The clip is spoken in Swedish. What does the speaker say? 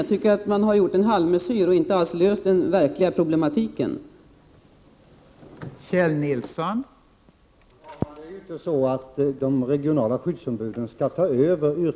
Jag tycker att det har blivit en halvmesyr och att det verkliga problemet inte är löst.